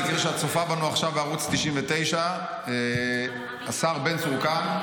במקרה שאת צופה בנו עכשיו בערוץ 99. השר בן צור כאן,